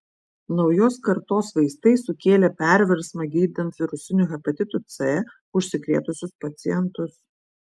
naujos kartos vaistai sukėlė perversmą gydant virusiniu hepatitu c užsikrėtusius pacientus